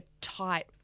tight